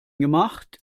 gemacht